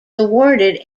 awarded